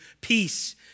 peace